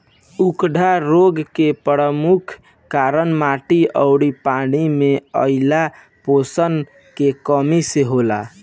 उकठा रोग के परमुख कारन माटी अउरी पानी मे आइल पोषण के कमी से होला